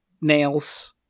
nails